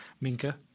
Minka